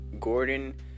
Gordon